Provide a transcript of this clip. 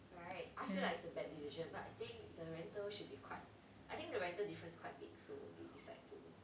right I feel like it's a bad decision lah I think the rental should be quite I think the rental difference quite big so they decide to